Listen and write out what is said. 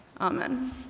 Amen